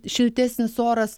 šiltesnis oras